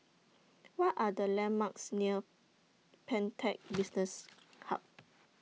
What Are The landmarks near Pantech Business Hub